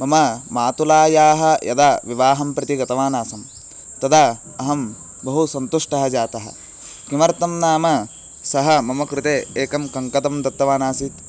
मम मातुलायाः यदा विवाहं प्रति गतवान् आसम् तदा अहं बहु सन्तुष्टः जातः किमर्थं नाम सः मम कृते एकं कङ्कतं दत्तवान् आसीत्